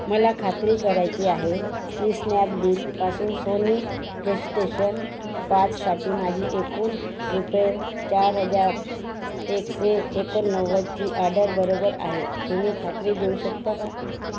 मला खात्री करायची आहे की स्नॅपडीलपासून सोनी प्लेक्स्टेशन पाचसाठी माझी एकूण रुपये चार हजार एकशे एकोणनव्वदची आडर बरोबर आहे तुम्ही खात्री देऊ शकता का